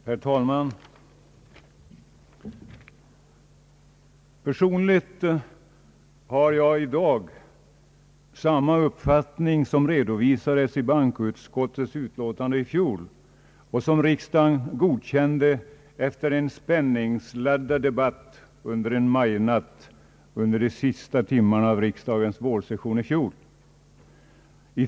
Herr talman! Personligen har jag i dag samma uppfattning som redovisas i bankoutskottets utlåtande i fjol, vilket utlåtande riksdagen godkände efter en spänningsladdad debatt en majnatt under de sista timmarna av riksdagens vårsession.